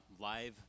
live